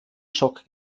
schock